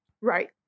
Right